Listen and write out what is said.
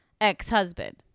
ex-husband